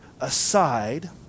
aside